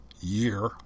year